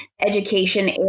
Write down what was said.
education